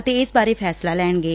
ਅਤੇ ਇਸ ਬਾਰੇ ਫੈਸਲਾ ਲੈਣਗੇ